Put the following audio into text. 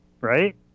right